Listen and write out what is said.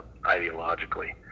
ideologically